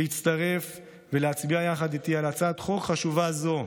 להצטרף ולהצביע יחד איתי על הצעת חוק חשובה זו,